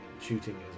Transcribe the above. Shooting